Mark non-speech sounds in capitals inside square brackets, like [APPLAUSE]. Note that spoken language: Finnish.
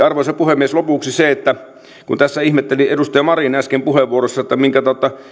[UNINTELLIGIBLE] arvoisa puhemies lopuksi kun edustaja marin tässä ihmetteli äsken puheenvuorossa